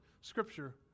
Scripture